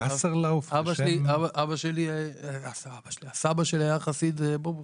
סבא שלי היה חסיד בובוב.